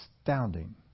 astounding